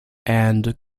and